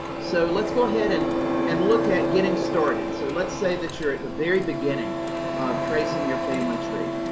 so let's go ahead and and look at getting started. so let's say that you're at the very beginning of tracing your family tree.